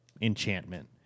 enchantment